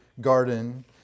garden